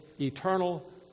eternal